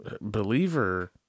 believer